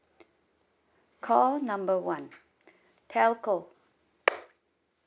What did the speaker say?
call number one telco